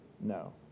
no